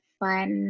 fun